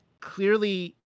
clearly